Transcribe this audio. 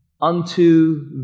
unto